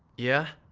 yeah?